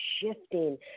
shifting